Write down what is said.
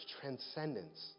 transcendence